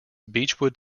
beechwood